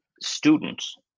students